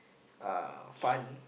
uh fun